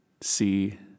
see